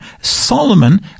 Solomon